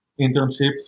internships